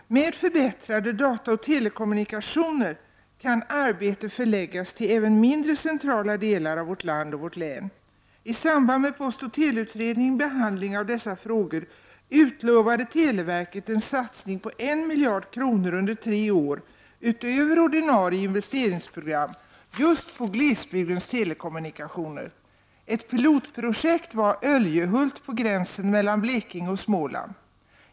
Med förbättrade dataoch telekommunikationer kan arbete förläggas till även mindre centrala delar av vårt land och vårt län. I samband med postoch teleutredningens behandling av dessa frågor utlovade televerket en satsning på 1 miljard kronor under tre år utöver ordinarie investeringsprogram just på glesbygdens telekommunikationer. Ett pilotprojekt var Öljehult på gränsen mellan Blekinge och Småland.